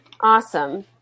awesome